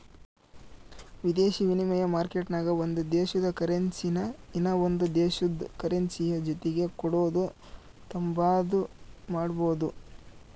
ವಿದೇಶಿ ವಿನಿಮಯ ಮಾರ್ಕೆಟ್ನಾಗ ಒಂದು ದೇಶುದ ಕರೆನ್ಸಿನಾ ಇನವಂದ್ ದೇಶುದ್ ಕರೆನ್ಸಿಯ ಜೊತಿಗೆ ಕೊಡೋದು ತಾಂಬಾದು ಮಾಡ್ಬೋದು